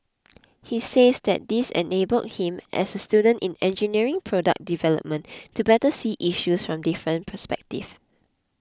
he says that this enabled him as a student in engineering product development to better see issues from different perspectives